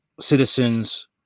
Citizens